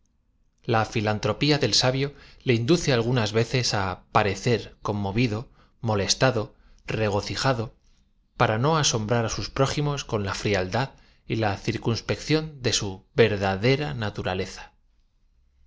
a filantropía del sabio le induce algunas veces á parecer conmovido molestadoj regocijado para no asombrar á sus prójimos con la frialdad y la circuns pección de su verdadera naturaleza